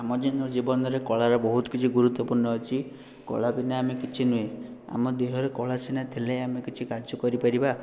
ଆମ ଦୈନଦିନ ଜୀବନରେ କଳାର ବହୁତ କିଛି ଗୁରୁତ୍ଵପୂର୍ଣ୍ଣ ଅଛି କଳା ବିନା ଆମେ କିଛି ନୁହେଁ ଆମ ଦେହରେ କଳା ସିନା ଥିଲେ ଆମେ କିଛି କାର୍ଯ୍ୟ କରିପାରିବା